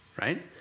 right